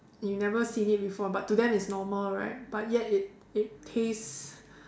you never seen it before but to them it's normal right but yet it it tastes